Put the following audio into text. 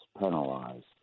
penalized